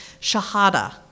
Shahada